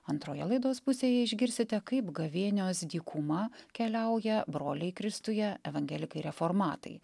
antroje laidos pusėje išgirsite kaip gavėnios dykuma keliauja broliai kristuje evangelikai reformatai